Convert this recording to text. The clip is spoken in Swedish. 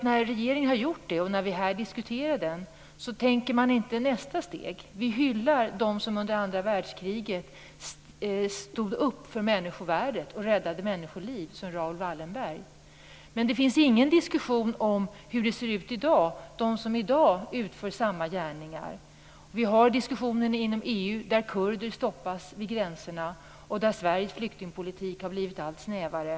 När regeringen har gjort det och när vi här diskuterar frågan tänker man inte på nästa steg. Vi hyllar dem som under andra världskriget stod upp för människovärdet och räddade människoliv, som Raoul Wallenberg. Men det finns ingen diskussion om hur det ser ut i dag, om dem som i dag utför samma gärningar. Vi har diskussioner inom EU om hur kurder stoppas vid gränserna och där Sveriges flyktingpolitik har blivit allt snävare.